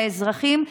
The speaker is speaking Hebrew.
לאזרחים,